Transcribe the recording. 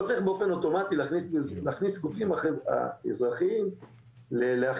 לא צריך באופן אוטומטי להכניס גופים אזרחיים לאכיפה,